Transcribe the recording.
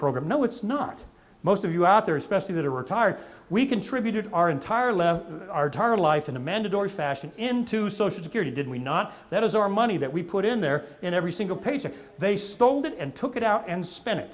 program no it's not most of you out there especially that are retired we contributed our entire lives our entire life in a mandatory fashion into social security did we not that is our money that we put in there in every single paycheck they sold it and took it out and spend